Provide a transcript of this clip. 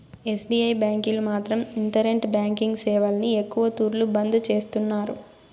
SBI బ్యాంకీలు మాత్రం internet banking సేవల్ని ఎక్కవ తూర్లు బంద్ చేస్తున్నారు